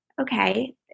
okay